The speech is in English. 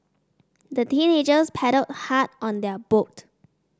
the teenagers paddled hard on their boat